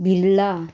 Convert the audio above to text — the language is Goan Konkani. भिरला